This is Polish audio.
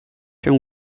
się